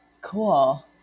Cool